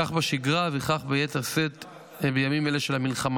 כך בשגרה וכך ביתר שאת בימים אלה של המלחמה.